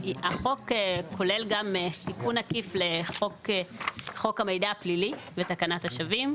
החוק כולל גם סיכון עקיף לחוק המידע הפלילי ותקנת השווים,